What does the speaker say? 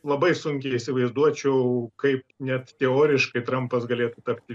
labai sunkiai įsivaizduočiau kaip net teoriškai trampas galėtų tapti